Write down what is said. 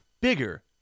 Bigger